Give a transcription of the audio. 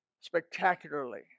spectacularly